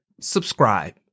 subscribe